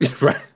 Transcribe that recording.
Right